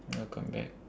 welcome back